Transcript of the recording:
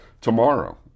tomorrow